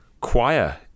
choir